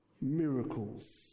miracles